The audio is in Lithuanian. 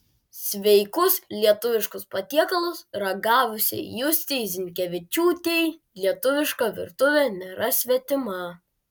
sveikus lietuviškus patiekalus ragavusiai justei zinkevičiūtei lietuviška virtuvė nėra svetima